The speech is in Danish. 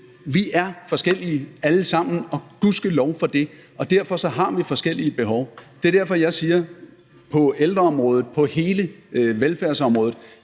vi er forskellige alle sammen og gudskelov for det, og derfor har vi forskellige behov. Det er derfor, jeg siger, at på ældreområdet og på hele velfærdsområdet